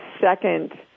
second